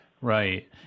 Right